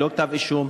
ללא כתב אישום,